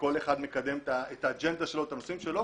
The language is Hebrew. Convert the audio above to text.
כל אחד מקדם את האג'נדה שלו, את הנושאים שלו.